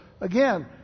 again